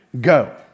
go